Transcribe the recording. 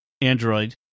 android